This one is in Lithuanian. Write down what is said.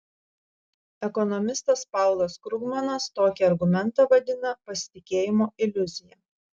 ekonomistas paulas krugmanas tokį argumentą vadina pasitikėjimo iliuzija